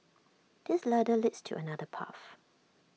this ladder leads to another path